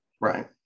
Right